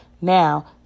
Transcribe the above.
Now